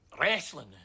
wrestling